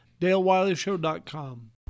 DaleWileyShow.com